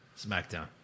smackdown